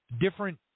different